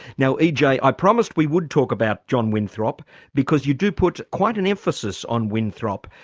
now ej i promised we would talk about john winthrop because you do put quite an emphasis on winthrop.